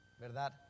¿verdad